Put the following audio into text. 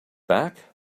back